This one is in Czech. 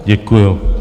Děkuju.